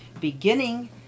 beginning